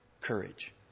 courage